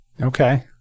Okay